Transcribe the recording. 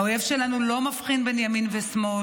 האויב שלנו לא מבחין בין ימין לשמאל,